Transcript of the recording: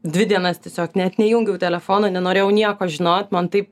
dvi dienas tiesiog net neįjungiau telefono nenorėjau nieko žinot man taip